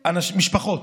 משפחות,